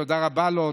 תודה רבה לו.